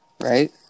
Right